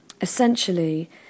Essentially